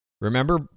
remember